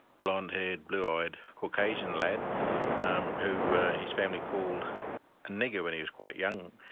blond-haired, blue-eyed caucasian lad um who his family called nigger when he was quite young,